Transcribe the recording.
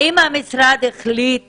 האם המשרד החליט